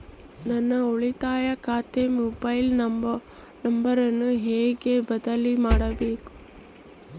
ನನ್ನ ಉಳಿತಾಯ ಖಾತೆ ಮೊಬೈಲ್ ನಂಬರನ್ನು ಹೆಂಗ ಬದಲಿ ಮಾಡಬೇಕು?